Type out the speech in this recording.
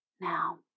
Now